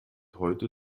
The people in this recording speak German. heute